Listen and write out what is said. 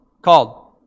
called